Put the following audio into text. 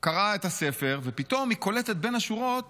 קראה את הספר, ופתאום היא קולטת בין השורות